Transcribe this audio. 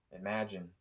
Imagine